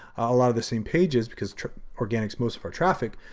a lot of the same pages, because organic's most of our traffic,